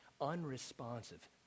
unresponsive